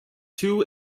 two